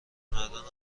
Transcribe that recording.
مردان